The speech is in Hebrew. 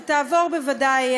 שתעבור בוודאי,